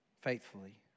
faithfully